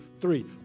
three